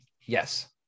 Yes